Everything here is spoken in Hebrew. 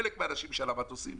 חלק מהאנשים שעל המטוסים.